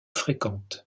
fréquentes